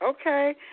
Okay